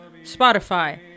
Spotify